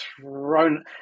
thrown